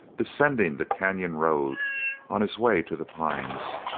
descending the canyon road on his way to the pines.